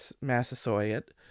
Massasoit